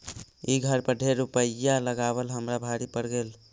ई घर पर ढेर रूपईया लगाबल हमरा भारी पड़ गेल